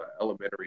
elementary